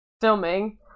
filming